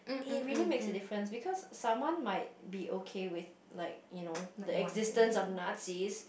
it really makes a difference because someone might be okay with like you know the existence of Nazis